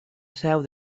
seu